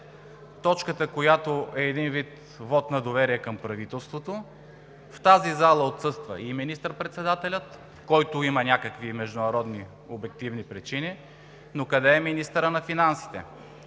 точката, която е един вид вот на доверие към правителството, в залата отсъства и министър-председателят, който има някакви международни, обективни причини, но къде е министърът на финансите?